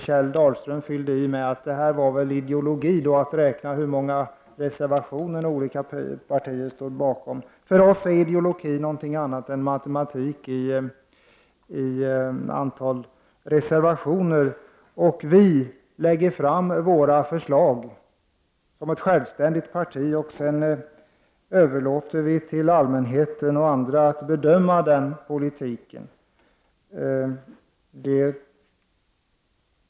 Kjell Dahlström fyllde i med att det var ideologi att räkna hur många reservationer olika partier stod bakom. För oss i centerpartiet är ideologi någonting annat än matematik och antal reservationer. Vi lägger fram våra förslag som ett självständigt parti. Sedan överlåter vi till allmänheten och andra att bedöma den politiken.